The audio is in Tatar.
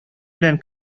белән